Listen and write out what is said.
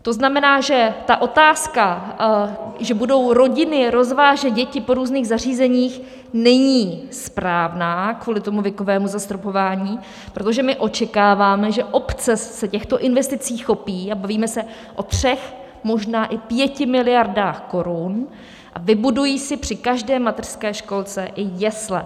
To znamená, že ta otázka, že budou rodiny rozvážet děti po různých zařízeních, není správná, kvůli tomu věkovému zastropování, protože my očekáváme, že obce se těchto investicí chopí a bavíme se o třech, možná i pěti miliardách korun, a vybudují si při každé mateřské školce i jesle.